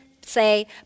say